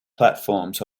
platforms